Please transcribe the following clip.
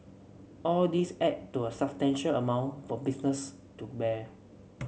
all these add to a substantial amount for business to bear